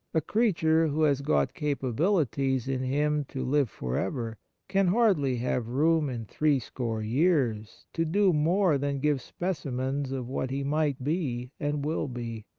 a creature who has got capabilities in him to live for ever can hardly have room in threescore years to do more than give specimens of what he might be and will be.